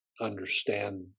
understand